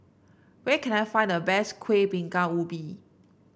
where can I find the best Kueh Bingka Ubi